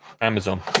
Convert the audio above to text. Amazon